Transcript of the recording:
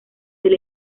del